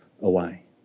away